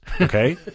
okay